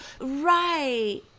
right